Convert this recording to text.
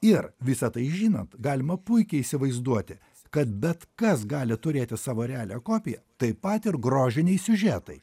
ir visa tai žinant galima puikiai įsivaizduoti kad bet kas gali turėti savo realią kopiją taip pat ir grožiniai siužetai